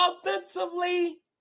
offensively